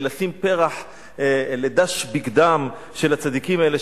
ולשים פרח בדש בגדם של הצדיקים האלה,